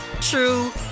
true